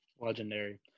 Legendary